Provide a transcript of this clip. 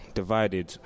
divided